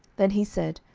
then he said,